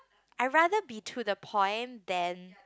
I rather be to the point than